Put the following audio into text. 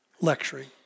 lecturing